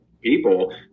people